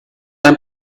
ein